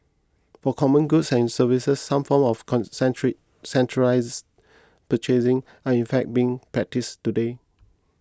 for common goods and services some forms of con century centralised purchasing are in fact being practised today